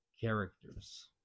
characters